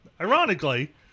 Ironically